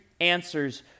answers